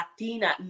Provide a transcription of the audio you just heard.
Latina